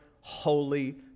holy